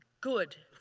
good.